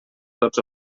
tots